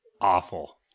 awful